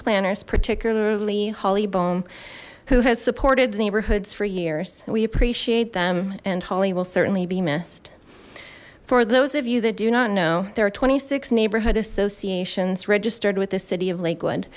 planners particularly holly baum who has supported neighborhoods for years we appreciate them and holly will certainly be missed for those of you that do not know there are twenty six neighborhood associations registered with the city of lakewood